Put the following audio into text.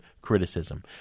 criticism